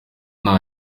nta